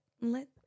let